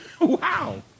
Wow